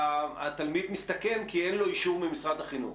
התלמיד מסתכן כי אין לו אישור ממשרד החינוך.